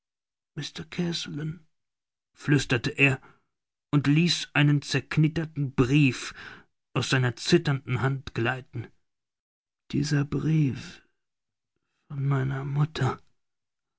mr kazallon flüsterte er und ließ einen zerknitterten brief aus seiner zitternden hand gleiten dieser brief von meiner mutter